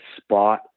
spot